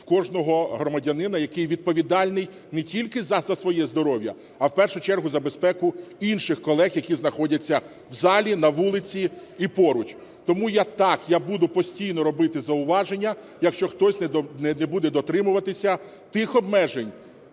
в кожного громадянина, який відповідальний не тільки за своє здоров'я, а в першу чергу за безпеку інших колег, які знаходяться у залі, на вулиці і поруч. Тому, так, я буду постійно робити зауваження, якщо хтось не буде дотримуватися тих обмежень,